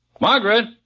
Margaret